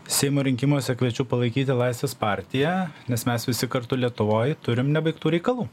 seimo rinkimuose kviečiu palaikyti laisvės partiją nes mes visi kartu lietuvoj turim nebaigtų reikalų